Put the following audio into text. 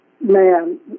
man